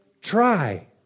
try